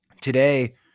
Today